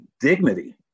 dignity